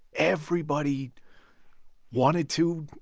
everybody wanted to,